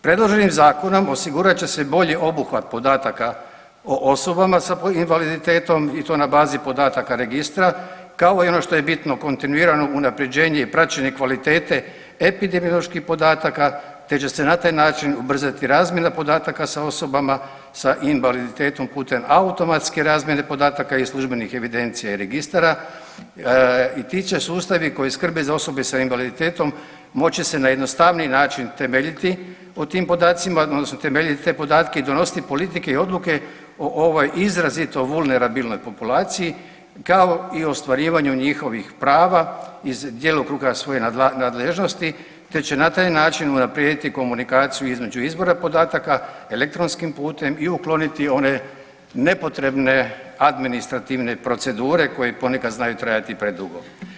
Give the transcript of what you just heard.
Predloženim Zakonom osigurat će se bolji obuhvat podataka o osobama s invaliditetom i to na bazi podataka Registra, kao i ono što je bitno, kontinuirano unaprjeđenje i praćenje kvalitete epidemioloških podataka te će se na taj način ubrzati razmjena podataka sa osobama s invaliditetom, putem automatske razmjene podataka i službenih evidencija i registara, i ti će sustavi, koji skrbe za osobe s invaliditetom moći se na jednostavniji način temeljiti o tim podacima odnosno temeljiti te podatke i donositi politike i odluke o ovoj izrazito vulnerabilnoj populaciji, kao i ostvarivanju njihovih prava iz djelokruga svoje nadležnosti te će na taj način unaprijediti komunikaciju između izbora podataka elektronskim putem i ukloniti one nepotrebne administrativne procedure koje ponekad znaju trajati predugo.